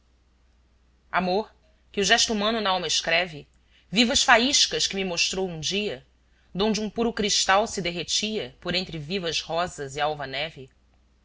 amor que o gesto humano n'alma escreve vivas faíscas me mostrou um dia donde um puro cristal se derretia por entre vivas rosas e alva neve